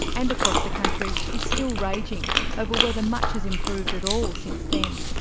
and across the country, is still raging over whether much has improved at all since then.